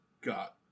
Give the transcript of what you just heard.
got